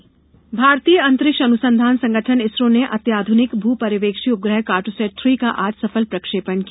डुसरो प्रक्षेपण भारतीय अंतरिक्ष अनुसंधान संगठन इसरो ने अत्याध्रनिक भू पर्यवेक्षी उपग्रह कार्टोसैट थ्री का आज सफल प्रक्षेपण किया